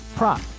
Prop